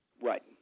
Right